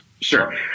Sure